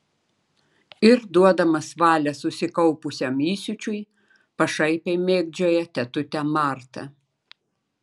ir duodamas valią susikaupusiam įsiūčiui pašaipiai mėgdžioja tetutę martą